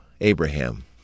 Abraham